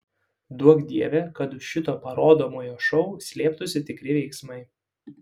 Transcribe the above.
duok dieve kad už šito parodomojo šou slėptųsi tikri veiksmai